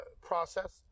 process